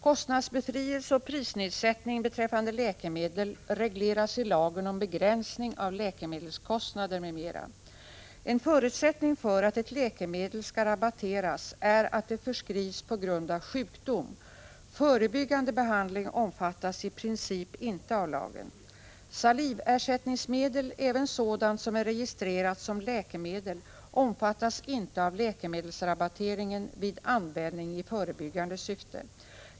Kostnadsbefrielse och prisnedsättning beträffande läkemedel regleras i lagen om begränsning av läkemedelskostnader m.m. En förutsättning för att ett läkemedel skall rabatteras är att det förskrivs på grund av sjukdom. Förebyggande behandling omfattas i princip inte av lagen. Saliversättningsmedel, även sådant som är registrerat som läkemedel, omfattas inte av läkemedelsrabatteringen vid användning i förebyggande syfte.